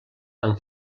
amb